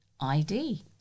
ID